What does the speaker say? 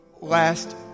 last